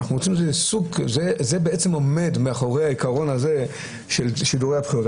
זה עומד מאחורי העיקרון של שידורי הבחירות,